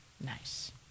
Nice